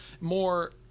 More